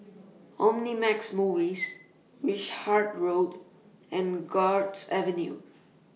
Omnimax Movies Wishart Road and Guards Avenue